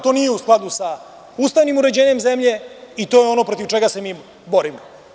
To nije u skladu sa ustavnim uređenjem zemlje i to je ono protiv čega se mi borimo.